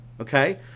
okay